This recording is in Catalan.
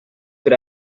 per